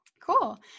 Cool